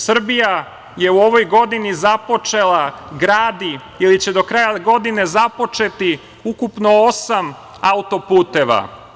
Srbija je u ovoj godini započela, gradi ili će do kraja godine započeti ukupno osam autoputeva.